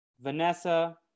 Vanessa